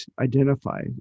identify